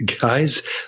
guys